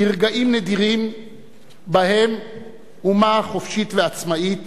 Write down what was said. לרגעים נדירים שבהם אומה חופשית ועצמאית